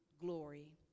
glory